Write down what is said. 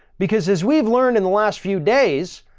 because as we've learned in the last few days,